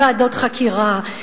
לוועדות חקירה,